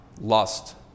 lust